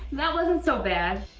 that wasn't so bad.